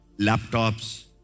laptops